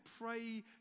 Pray